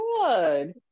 good